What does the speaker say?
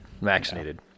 vaccinated